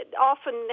often